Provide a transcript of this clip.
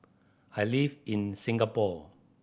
I live in Singapore